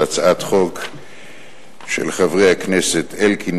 זו הצעת חוק של חברי הכנסת אלקין,